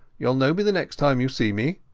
youall know me the next time you see me